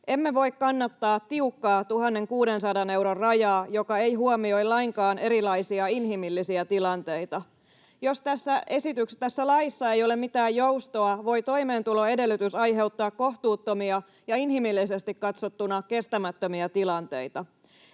voi kannattaa tiukkaa 1 600 euron rajaa, joka ei huomioi lainkaan erilaisia inhimillisiä tilanteita. Jos tässä laissa ei ole mitään joustoa, voi toimeentuloedellytys aiheuttaa kohtuuttomia ja inhimillisesti katsottuna kestämättömiä tilanteita.